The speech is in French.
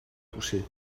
touchés